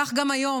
כך גם היום,